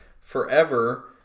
Forever